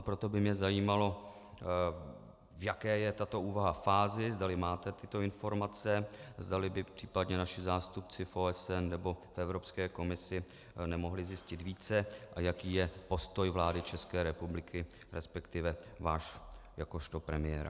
Proto by mě zajímalo, v jaké fázi je tato úvaha, zdali máte tyto informace, zdali by případně naši zástupci v OSN nebo v Evropské komisi nemohli zjistit více a jaký je postoj vlády České republiky resp. váš jakožto premiéra.